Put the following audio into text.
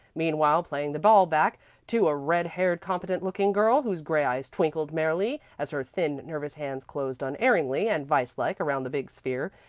meanwhile playing the ball back to a red haired competent-looking girl whose gray eyes twinkled merrily as her thin, nervous hands closed unerringly and vice-like around the big sphere.